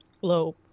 globe